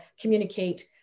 communicate